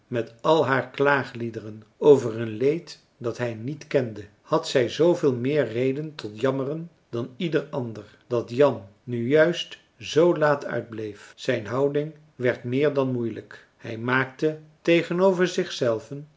met al haar klaagliederen over een leed dat hij niet kende had zij zooveel meer reden tot jammeren dan ieder ander dat jan nu juist zoo laat uitbleef zijn houding werd meer dan moeilijk hij maakte tegenover zich zelven